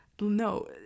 no